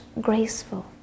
graceful